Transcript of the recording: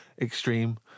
extreme